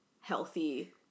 healthy